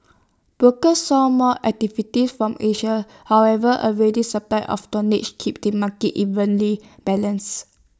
brokers saw more activity from Asia however A ready supply of tonnage kept the market evenly balanced